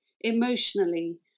emotionally